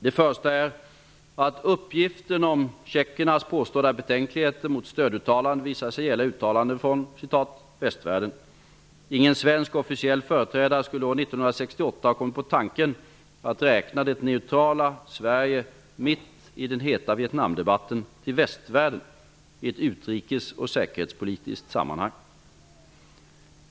Det första är att uppgiften om tjeckernas påstådda betänkligheter mot stöduttalanden visar sig gälla uttalanden från ''västvärlden''. Ingen svensk officiell företrädare skulle år 1968 ha kommit på tanken att räkna det neutrala Sverige, mitt i den heta Vietnamdebatten, till ''västvärlden'' i ett utrikeseller säkerhetspolitiskt sammanhang.